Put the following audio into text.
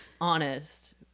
honest